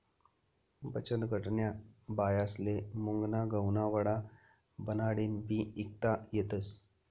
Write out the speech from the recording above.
बचतगटन्या बायास्ले मुंगना गहुना वडा बनाडीन बी ईकता येतस